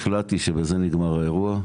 החלטתי שבזה נגמר האירוע,